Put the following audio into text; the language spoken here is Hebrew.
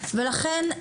ולכן,